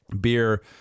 Beer